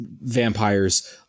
vampires